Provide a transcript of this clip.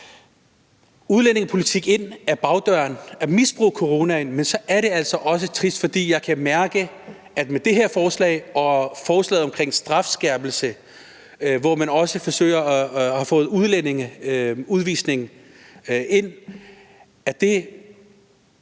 udlændingepolitik ind ad bagdøren, altså at misbruge coronasituationen, så er det altså også trist, fordi jeg kan mærke, at det her forslag og forslaget omkring strafskærpelse, hvor man også har fået udlændingeudvisning ind, ødelægger